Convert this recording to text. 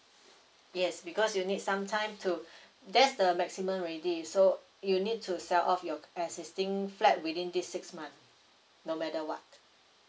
yes because you need some time to that's the maximum already so you need to sell off your existing flat within this six month no matter what